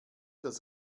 das